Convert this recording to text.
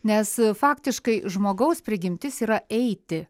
nes faktiškai žmogaus prigimtis yra eiti